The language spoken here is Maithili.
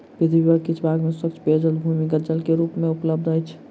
पृथ्वी पर किछ भाग में स्वच्छ पेयजल भूमिगत जल के रूप मे उपलब्ध अछि